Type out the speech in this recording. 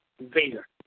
Vader